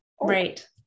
Right